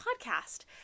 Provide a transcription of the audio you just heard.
podcast